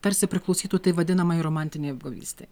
tarsi priklausytų tai vadinamajai romantinei apgavystei